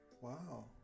Wow